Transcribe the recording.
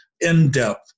in-depth